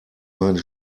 meine